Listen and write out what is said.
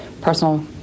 personal